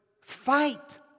fight